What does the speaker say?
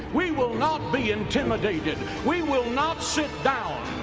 we will not be intimidated! we will not sit down!